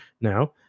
now